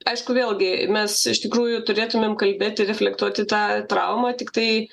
aišku vėlgi mes iš tikrųjų turėtumėm kalbėti reflektuoti tą traumą tiktai